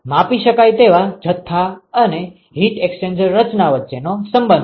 માપી શકાય તેવા જથ્થા અને હિટ એક્સ્ચેન્જર રચના વચ્ચેનો સંબંધ